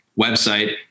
website